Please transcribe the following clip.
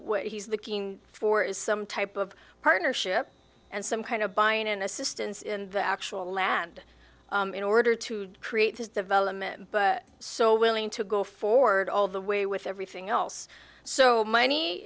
what he's the king for is some type of partnership and some kind of buying and assistance in the actual land in order to create this development but so willing to go forward all the way with everything else so money